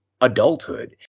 adulthood